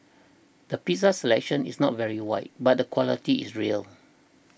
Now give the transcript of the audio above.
the pizza selection is not very wide but the quality is real